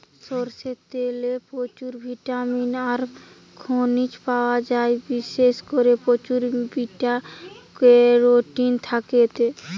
সরষের তেলে প্রচুর ভিটামিন আর খনিজ পায়া যায়, বিশেষ কোরে প্রচুর বিটা ক্যারোটিন থাকে এতে